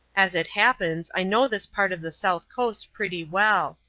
as it happens, i know this part of the south coast pretty well.